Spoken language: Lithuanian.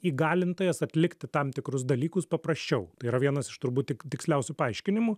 įgalintojas atlikti tam tikrus dalykus paprasčiau tai yra vienas iš turbūt tik tiksliausių paaiškinimų